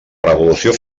revolució